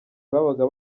babaga